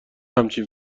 همچین